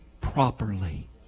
properly